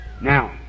Now